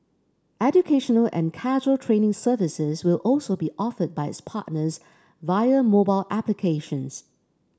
educational and casual trading services will also be offered by its partners via mobile applications